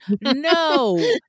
No